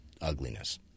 ugliness